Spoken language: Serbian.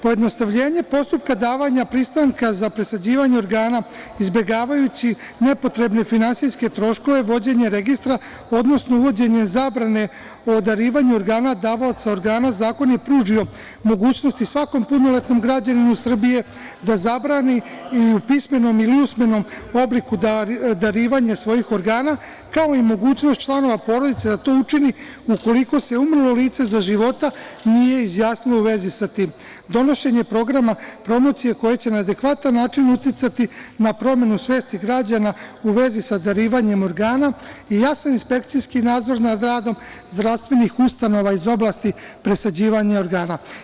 Pojednostavljenje postupka davanja pristanka za presađivanje organa, izbegavajući nepotrebne finansijske troškove, vođenje registra odnosno uvođenje zabrane o darivanju organa davaoca organa, zakon je pružio mogućnost i svakom punoletnom građaninu Srbije da zabrani, u pismenom ili usmenom obliku, darivanje svojih organa, kao i mogućnost članova porodice da to učini, ukoliko se umrlo lice za života nije izjasnilo u vezi sa tim, donošenje programa promocije koja će na adekvatan način uticati na promenu svesti građana u vezi sa darivanjem organa i jasan inspekcijski nadzor nad radom zdravstvenih ustanova iz oblasti presađivanja organa.